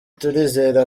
turizera